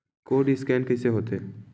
Code scan कइसे होथे?